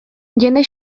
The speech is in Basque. jende